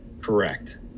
correct